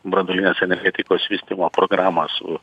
branduolinės energetikos vystymo programą su